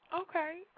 Okay